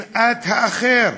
שנאת האחר.